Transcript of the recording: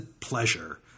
pleasure